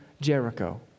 Jericho